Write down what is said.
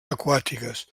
aquàtiques